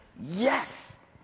Yes